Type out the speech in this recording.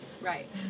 Right